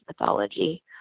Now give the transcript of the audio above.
mythology